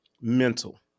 mental